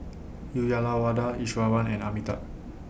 Uyyalawada Iswaran and Amitabh